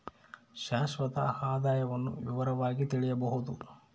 ಶಾಶ್ವತ ಆದಾಯವನ್ನು ವಿವರವಾಗಿ ತಿಳಿಯಬೊದು